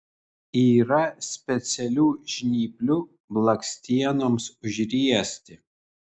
yra specialių žnyplių blakstienoms užriesti